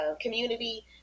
community